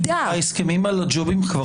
ההסכם על הג'ובים כבר חתומים.